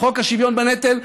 חוק השוויון בנטל,